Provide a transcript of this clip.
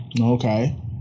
Okay